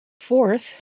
Fourth